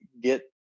get